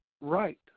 Right